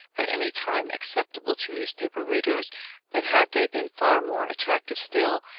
at any time, acceptable to newspaper readers but had they been far more attractive, still,